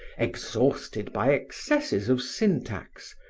exhausted by excesses of syntax,